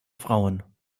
frauen